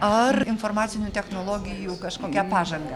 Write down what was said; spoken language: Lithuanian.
ar informacinių technologijų kažkokią pažangą